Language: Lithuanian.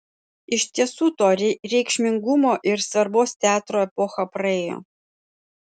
iš tiesų to reikšmingumo ir svarbos teatro epocha praėjo